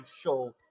show